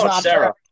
Sarah